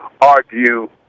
argue